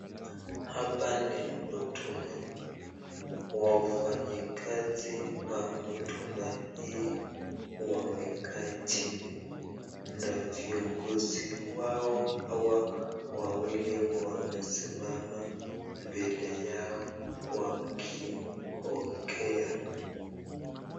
Hapa ni huduma ,wafanyikazi wa huduma hii wamekaa chini na viongozi wao hawa wawili wamesimama mbele yao wakiongea.